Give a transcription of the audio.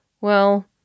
Well